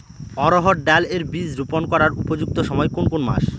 অড়হড় ডাল এর বীজ রোপন করার উপযুক্ত সময় কোন কোন মাস?